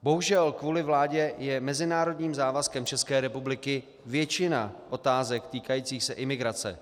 Bohužel kvůli vládě je mezinárodním závazkem České republiky většina otázek týkajících se imigrace.